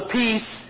peace